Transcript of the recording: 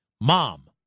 mom